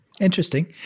Interesting